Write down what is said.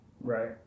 Right